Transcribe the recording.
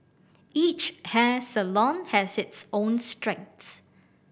each hair salon has its own strengths